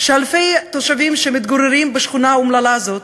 שאלפי תושבים שמתגוררים בשכונה האומללה הזאת,